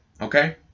okay